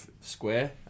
square